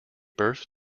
birth